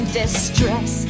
distress